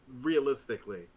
realistically